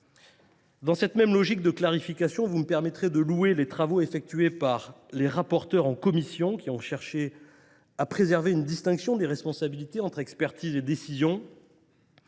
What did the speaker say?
Dans cette même logique de clarification, vous me permettrez de louer les travaux effectués par nos rapporteurs en commission. Ils ont cherché à préserver une distinction des responsabilités entre l’expertise et la décision,